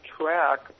track